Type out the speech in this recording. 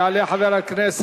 יעלה חבר הכנסת